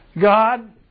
God